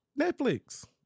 Netflix